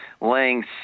laying